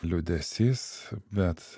liūdesys bet